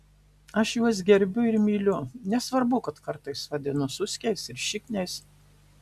aš juos gerbiu ir myliu nesvarbu kad kartais vadinu suskiais ir šikniais